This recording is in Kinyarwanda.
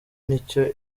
nicyo